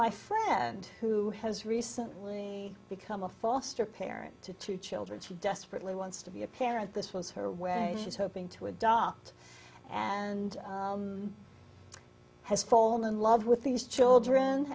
my friend who has recently become a foster parent to two children she desperately wants to be a parent this was her way she's hoping to adopt and has fallen in love with these children